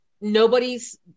nobody's